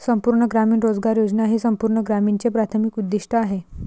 संपूर्ण ग्रामीण रोजगार योजना हे संपूर्ण ग्रामीणचे प्राथमिक उद्दीष्ट आहे